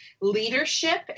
leadership